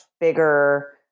bigger